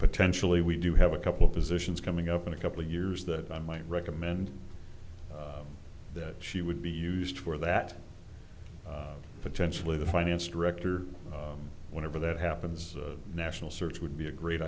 potentially we do have a couple of positions coming up in a couple of years that i might recommend that she would be used for that potentially the finance director whenever that happens a national search would be a great